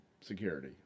security